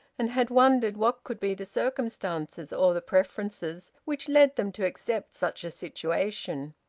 and had wondered what could be the circumstances or the preferences which led them to accept such a situation.